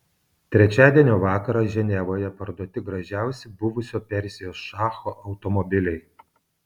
trečiadienio vakarą ženevoje parduoti gražiausi buvusio persijos šacho automobiliai